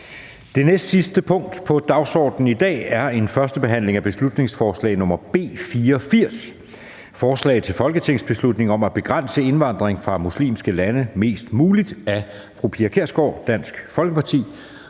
Det næste punkt på dagsordenen er: 14) 1. behandling af beslutningsforslag nr. B 84: Forslag til folketingsbeslutning om at begrænse indvandring fra muslimske lande mest muligt. Af Pia Kjærsgaard (DF) m.fl.